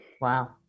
Wow